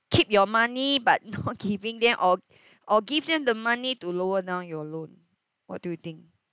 keep your money but not giving them or or give them the money to lower down your loan what do you think